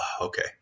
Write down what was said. okay